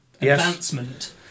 advancement